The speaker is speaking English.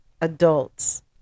adults